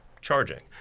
charging